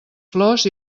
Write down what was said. flors